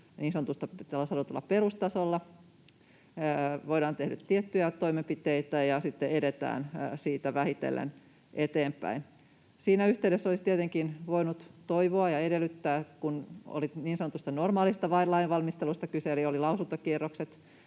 niin sanotulla perustasolla, voidaan tehdä tiettyjä toimenpiteitä, ja sitten edetään siitä vähitellen eteenpäin. Siinä yhteydessä olisi tietenkin voinut toivoa ja edellyttää — kun oli niin sanotusta normaalista lainvalmistelusta kyse eli oli lausuntakierrokset